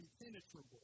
impenetrable